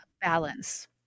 balance